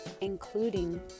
including